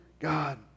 God